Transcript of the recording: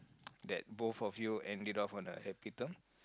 that both of you end it off on a happy term